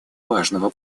важного